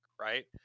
right